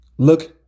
Look